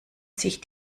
sich